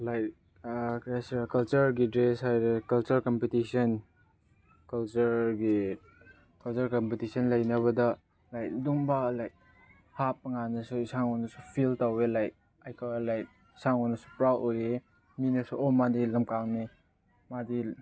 like ꯀꯔꯤ ꯍꯥꯏꯁꯤꯔ ꯀꯜꯆꯔꯒꯤ ꯗ꯭ꯔꯦꯁ ꯍꯥꯏꯔꯦ ꯀꯜꯆꯔ ꯀꯝꯄꯤꯇꯤꯁꯟ ꯀꯜꯆꯔꯒꯤ ꯀꯜꯆꯔ ꯀꯝꯄꯤꯇꯤꯁꯟ ꯂꯩꯅꯕꯗ ꯂꯥꯏꯛ ꯑꯗꯨꯝꯕ ꯂꯥꯏꯛ ꯍꯥꯞꯄ ꯀꯥꯟꯗꯁꯨ ꯏꯁꯥ ꯑꯩꯉꯣꯟꯗꯁꯨ ꯐꯤꯜ ꯇꯧꯋꯦ ꯂꯥꯏꯛ ꯑꯩꯈꯣꯏ ꯂꯥꯏꯛ ꯏꯁꯥꯉꯣꯟꯗꯁꯨ ꯄ꯭ꯔꯥꯎꯠ ꯑꯣꯏꯌꯦ ꯃꯤꯅꯁꯨ ꯑꯣ ꯃꯥꯗꯤ ꯂꯝꯀꯥꯡꯅꯦ ꯃꯥꯗꯤ